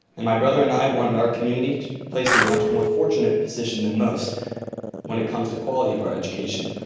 and my brother and i wanted our community placed in a much more fortunate position than most when it comes to quality of our education,